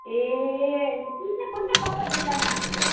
ए कुन चाहिँ कुन चाहिँ कम्पनिको लानु भएको थियो